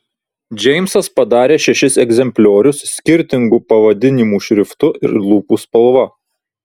džeimsas padarė šešis egzempliorius skirtingu pavadinimų šriftu ir lūpų spalva